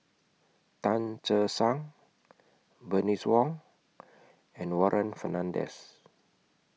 Tan Che Sang Bernice Wong and Warren Fernandez